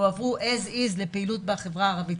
הועברו as is לפעילות בחברה הערבית,